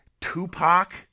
tupac